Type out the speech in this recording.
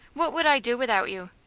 what would i do without you?